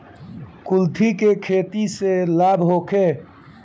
कुलथी के खेती से लाभ होखे?